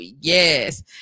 yes